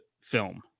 film